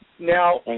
Now